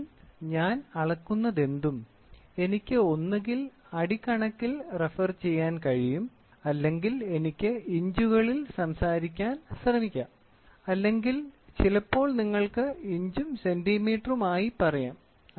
അതിനാൽ ഞാൻ അളക്കുന്നതെന്തും എനിക്ക് അത് ഒന്നുകിൽ അടി കണക്കിൽ റഫർ ചെയ്യാൻ കഴിയും അല്ലെങ്കിൽ എനിക്ക് ഇഞ്ചുകളിൽ സംസാരിക്കാൻ ശ്രമിക്കാം അല്ലെങ്കിൽ ചിലപ്പോൾ നിങ്ങൾക്ക് ഇഞ്ചും സെന്റിമീറ്ററും ആയി പറയാം